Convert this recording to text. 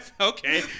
Okay